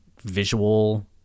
visual